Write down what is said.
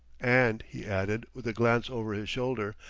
and, he added, with a glance over his shoulder,